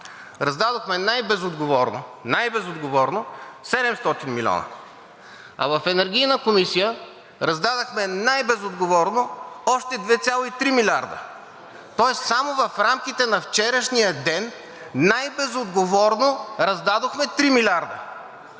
най-безотговорно 700 милиона, а в Енергийната комисия раздадохме най-безотговорно още 2,3 милиарда. Само в рамките на вчерашния ден най-безотговорно раздадохме 3 милиарда